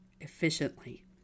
efficiently